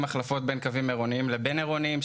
החלפות בין קווים עירוניים לבין-עירוניים,